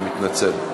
אני מתנצל.